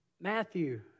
Matthew